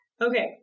Okay